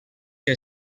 que